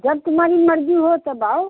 जब तुम्हारी मर्ज़ी हो तब आओ